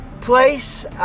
place